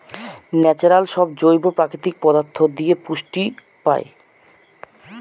natural সব জৈব প্রাকৃতিক পদার্থ দিয়ে জমি পুষ্টি পায়